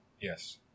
Yes